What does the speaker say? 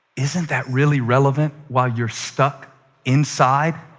isn't that really relevant while you're stuck inside,